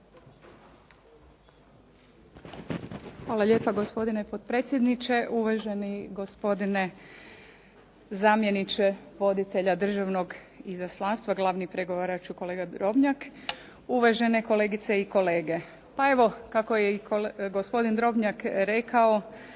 Hvala lijepa, gospodine potpredsjednice. Uvaženi gospodine zamjenice voditelja državnog izaslanstva, glavni pregovaraču kolega Drobnjak. Uvažene kolegice i kolege. Pa evo, kako je i gospodin Drobnjak rekao,